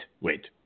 wait